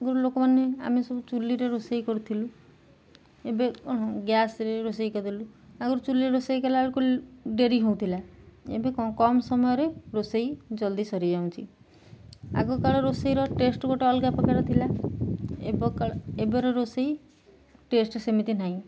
ଆଗରୁ ଲୋକମାନେ ଆମେ ସବୁ ଚୁଲିରେ ରୋଷେଇ କରୁଥିଲୁ ଏବେ କ'ଣ ଗ୍ୟାସରେ ରୋଷେଇ କରିଦେଲୁ ଆଗରୁ ଚୁଲିରେ ରୋଷେଇ କଲା ବେଳକୁ ଡେରି ହଉଥିଲା ଏବେ କ'ଣ କମ୍ ସମୟରେ ରୋଷେଇ ଜଲ୍ଦି ସରିଯାଉଁଚି ଆଗ କାଳ ରୋଷେଇର ଟେଷ୍ଟ ଗୋଟେ ଅଲଗା ପ୍ରକାର ଥିଲା ଏବେ କଳ ଏବେର ରୋଷେଇ ଟେଷ୍ଟ ସେମିତି ନାହିଁ